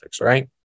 right